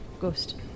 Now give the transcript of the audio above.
ghost